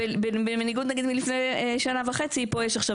בניגוד נגיד מלפני שנה וחצי פה יש עכשיו